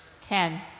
Ten